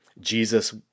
Jesus